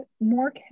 more